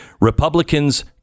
republicans